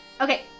Okay